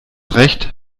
recht